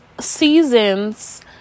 seasons